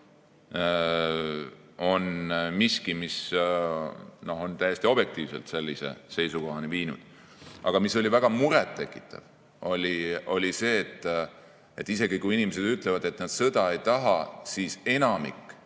on miski, mis on Vene rahva täiesti objektiivselt sellise seisukohani viinud. Aga väga muret tekitav oli see, et isegi kui inimesed ütlevad, et nad sõda ei taha, siis enamik